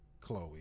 chloe